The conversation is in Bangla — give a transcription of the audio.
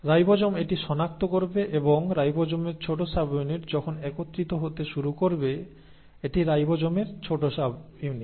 রাইবোজোম এটি সনাক্ত করবে এবং রাইবোজোমের ছোট সাবইউনিট তখন একত্রিত হতে শুরু করবে এটি রাইবোজোমের ছোট সাবইউনিট